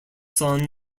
son